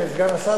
אדוני השר,